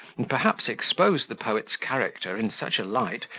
and perhaps expose the poet's character in such a light,